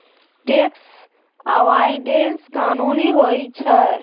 tax avoidance कानूनी होइ छइ